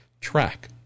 track